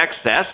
excess